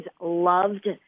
loved